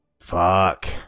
fuck